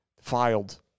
filed